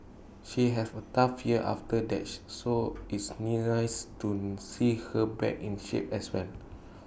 she have A tough year after that she so it's nice to see her back in shape as well